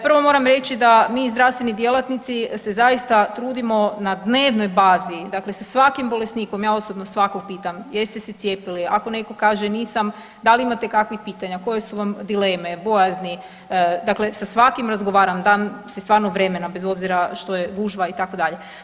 Prvo moram reći da mi zdravstveni djelatnici se zaista trudimo na dnevnoj bazi, dakle sa svakim bolesnikom, ja osobno svakog pitam jeste se cijepili, ako netko kaže nisam, da li imate kakvih pitanja, koje su vam dileme, bojazni, dakle sa svakim razgovaram, dam si stvarno vremena, bez obzira što je gužva, itd.